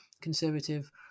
conservative